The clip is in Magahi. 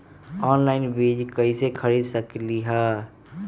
ऑनलाइन बीज कईसे खरीद सकली ह?